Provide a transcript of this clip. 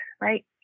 right